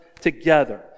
together